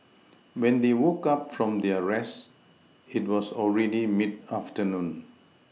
when they woke up from their rest it was already mid afternoon